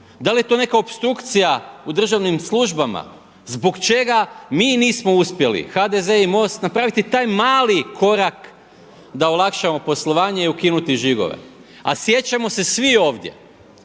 da li je to neka opstrukcija u državnim službama, zbog čega mi nismo uspjeli HDZ i MOST napraviti taj mali korak da olakšamo poslovanje i ukinuti žigove. A sjećamo se svi ovdje